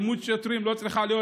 אלימות שוטרים לא צריכה להיות,